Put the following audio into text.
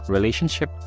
Relationship